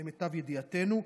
למיטב ידיעתנו,